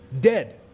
dead